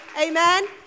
amen